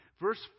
Verse